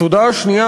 התודה השנייה,